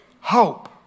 Hope